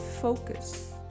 Focus